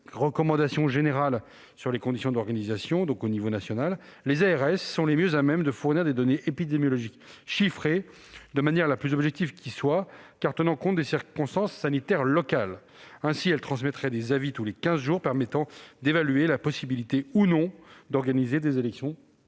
recommandations générales sur les conditions d'organisation », au niveau national, les ARS sont les mieux à même de fournir des données épidémiologiques chiffrées, de la manière la plus objective qui soit, car tenant compte des circonstances sanitaires locales. Ainsi, elles transmettront des avis tous les quinze jours, qui permettront d'évaluer la possibilité d'organiser ou pas des élections